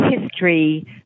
history